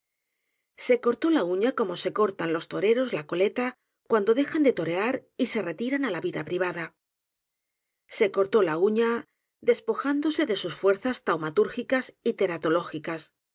se cortó la uña como se cortan los toreros la co leta cuando dejan de torear y se retiran á la vida privada se cortó la uña despojándose de sus fuerzas taumatúrgicas y